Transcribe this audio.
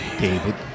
David